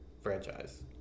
franchise